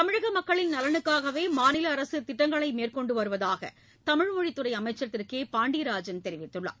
தமிழக மக்களின் நலனுக்காகவே மாநில அரசு திட்டங்களை மேற்கொண்டு வருவதாக தமிழ்மொழித் திரு கே பாண்டியராஜன் தெரிவித்துள்ளார்